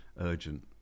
urgent